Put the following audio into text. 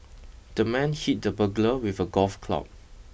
the man hit the burglar with a golf club